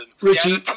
richie